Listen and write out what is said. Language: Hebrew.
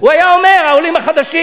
הוא היה אומר: העולים החדשים,